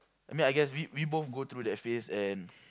I mean I guess we we both go through that phase and